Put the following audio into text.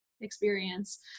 experience